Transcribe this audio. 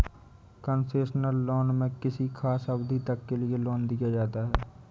concessional loan में किसी खास अवधि तक के लिए लोन दिया जाता है